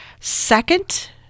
second